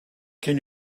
can